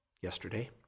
yesterday